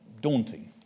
daunting